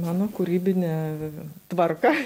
mano kūrybinė tvarka